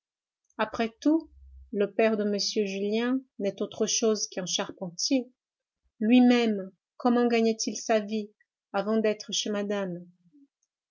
après tout le père de m julien n'est autre chose qu'un charpentier lui-même comment gagnait il sa vie avant d'être chez madame